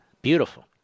beautiful